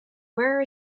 where